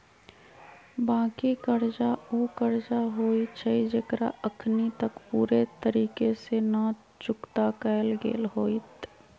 बाँकी कर्जा उ कर्जा होइ छइ जेकरा अखनी तक पूरे तरिका से न चुक्ता कएल गेल होइत